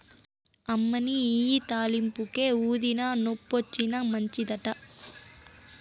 అమ్మనీ ఇయ్యి తాలింపుకే, ఊదినా, నొప్పొచ్చినా మంచిదట